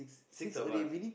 six of us